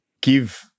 give